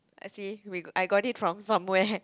I see we I got it from somewhere